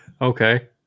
Okay